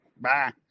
Bye